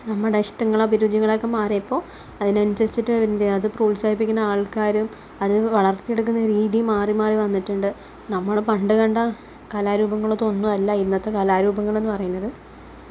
നമ്മുടെ ഇഷ്ടങ്ങളും അഭിരുചികളൊക്കെ മാറിയപ്പോ അതിനനുസരിച്ചിട്ട് എന്തു ചെയ്യാ അത് പ്രോത്സാഹിപ്പിക്കണ ആള്ക്കാര് അത് വളർത്തിയെടുക്കുന്ന രീതി രീതി മാറി മാറി വന്നിട്ടുണ്ട് നമ്മൾ പണ്ട് കണ്ട കലാരൂപങ്ങളൊന്നും ഒന്നുമല്ല ഇന്നത്തെ കലാരൂപങ്ങളെന്നു പറയുന്നത്